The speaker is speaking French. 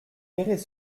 verrez